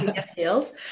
skills